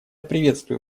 приветствую